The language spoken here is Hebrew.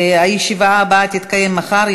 הישיבה הבאה תתקיים מחר,